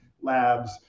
labs